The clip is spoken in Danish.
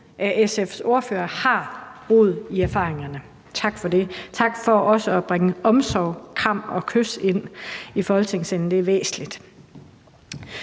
at SF's ordfører har rod i erfaringerne. Tak for det. Tak også for at bringe omsorg, kram og kys ind i Folketingssalen. Det er væsentligt.